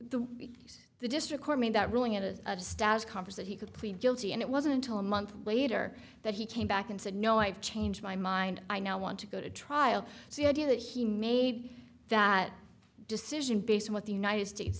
the the district court made that ruling in a status congress that he could plead guilty and it wasn't until a month later that he came back and said no i've changed my mind i now want to go to trial the idea that he made that decision based on what the united states